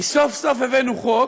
כי סוף-סוף הבאנו חוק,